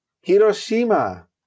Hiroshima